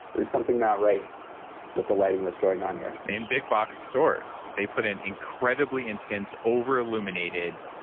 there's something not right with the lighting that's going on here. in big-box stores, they put in incredibly intense over illuminated,